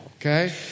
okay